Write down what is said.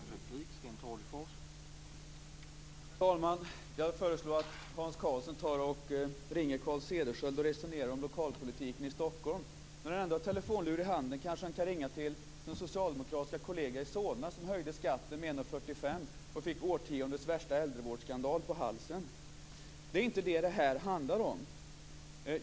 Herr talman! Jag föreslår att Hans Karlsson ringer Carl Cederskiöld och resonerar om lokalpolitiken i Stockholm. När han ändå har telefonluren i handen kanske han kan ringa till sin socialdemokratiska kollega i Solna, som höjde skatten med 1:45 kr och fick årtiondets värsta äldrevårdsskandal på halsen. Det är inte detta det handlar om.